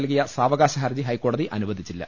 നൽകിയ സാവ കാശഹർജി ഹൈക്കോടതി അനുവദിച്ചില്ല